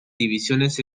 divisiones